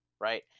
right